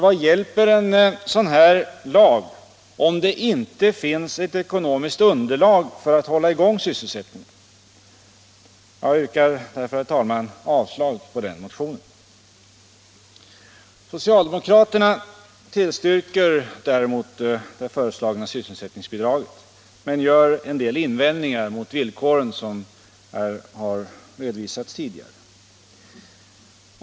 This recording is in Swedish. Vad hjälper en sådan lag om det inte finns ett ekonomiskt underlag för att hålla i gång sysselsättningen? Jag yrkar därför, herr talman, avslag på den motionen. Socialdemokraterna tillstyrker däremot det föreslagna sysselsättningsbidraget, men de gör en del invändningar mot villkoren, som här har redovisats tidigare.